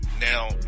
Now